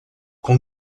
com